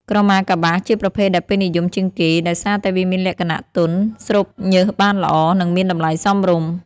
ក្រមាកប្បាស ជាប្រភេទដែលពេញនិយមជាងគេ ដោយសារតែវាមានលក្ខណៈទន់ ស្រូបញើសបានល្អ និងមានតម្លៃសមរម្យ។